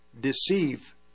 deceive